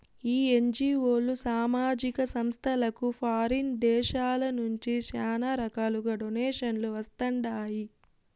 ఈ ఎన్జీఓలు, సామాజిక సంస్థలకు ఫారిన్ దేశాల నుంచి శానా రకాలుగా డొనేషన్లు వస్తండాయి